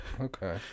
okay